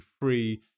free